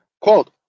quote